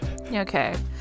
okay